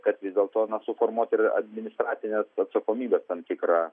kad vis dėlto suformuoti ir administracinės atsakomybės tam tikrą